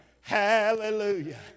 Hallelujah